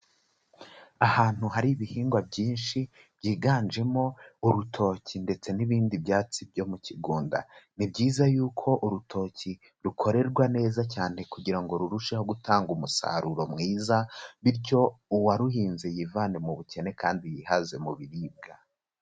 Ahantu hari ibihingwa byinshi byiganjemo urutoki, ndetse n'ibindi byatsi byo mu kigunda, ni byiza yuko urutoki rukorerwa neza cyane, kugirango rurusheho gutanga umusaruro mwiza, bityo uwaruhinze yivane mu bukene kandi yihaze mu biribwa.